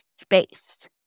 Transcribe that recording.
space